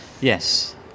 Yes